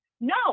no